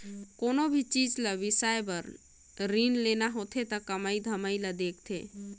कोनो भी चीच ल बिसाए बर रीन लेना होथे त कमई धमई ल देखथें